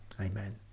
Amen